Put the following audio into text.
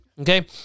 Okay